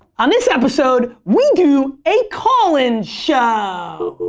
on this episode, we do a call-in show.